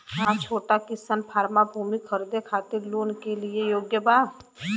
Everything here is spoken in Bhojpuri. का छोटा किसान फारम भूमि खरीदे खातिर लोन के लिए योग्य बा?